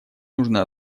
нужно